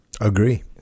Agree